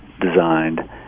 designed